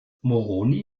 moroni